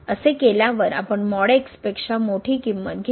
असे केल्यावर आपण पेक्षा मोठी किंमत घेतो